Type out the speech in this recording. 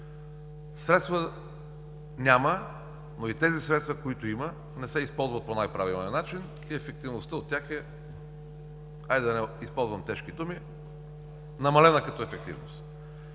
Средства няма, но и тези средства, които има, не се използват по най правилния начин и ефективността от тях е – хайде, да не използвам тежки думи, намалена като ефективност.